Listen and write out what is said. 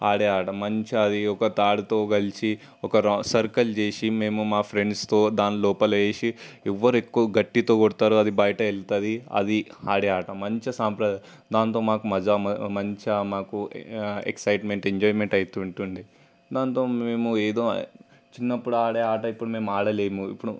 ఆడే ఆట మంచిగా అది ఒక తాడుతో కలిసి ఒక ర సర్కిల్ చేసి మేము మా ఫ్రెండ్స్తో దానిలోపల వేసి ఎవరు ఎక్కువ గట్టితో కొడతారో అది బయట వెళ్తాది అది ఆడే ఆట మంచి సాంప్రదాయక దానితో మాకు మజా మంచిగా మాకు ఎక్స్సైట్మెంట్ ఎంజాయ్మెంట్ అయితుంటుండే దానితో మేము ఏదో చిన్నప్పుడు ఆడే ఆట ఇప్పుడు మేము ఆడలేము ఇప్పుడు